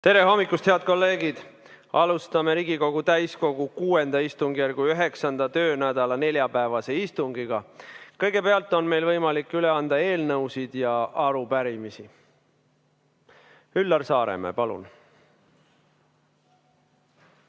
Tere hommikust, head kolleegid! Alustame Riigikogu täiskogu VI istungjärgu 9. töönädala neljapäevast istungit. Kõigepealt on meil võimalik üle anda eelnõusid ja arupärimisi. Üllar Saaremäe, palun!